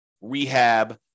rehab